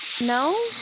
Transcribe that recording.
No